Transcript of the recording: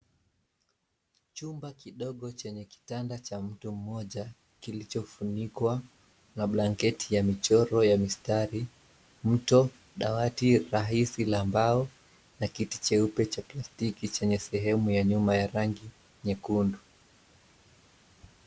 Chumba kidogo chenye kitanda cha mtu mmoja kilichofunikwa na blanketi ya michoro ya mistari mto dawati rahisi la mbao na kiti cheupe cha plastiki chenye sehemu ya nyuma ya rangi nyekundu